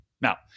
Now